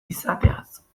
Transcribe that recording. izateaz